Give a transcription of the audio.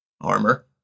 armor